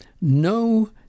no